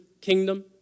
kingdom